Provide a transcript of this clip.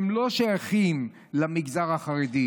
הן לא שייכות למגזר החרדי,